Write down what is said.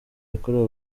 yakorewe